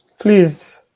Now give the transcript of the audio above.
Please